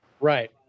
Right